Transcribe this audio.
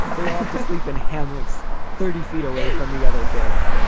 they sleep in hammocks thirty feet away from the other kids.